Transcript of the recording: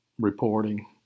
reporting